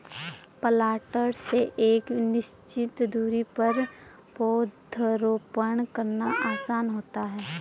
planter से एक निश्चित दुरी पर पौधरोपण करना आसान होता है